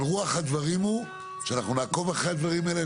אבל רוח הדברים היא שאנחנו נעקוב אחרי הדברים האלה,